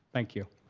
thank you.